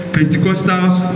Pentecostals